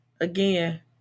Again